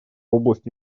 области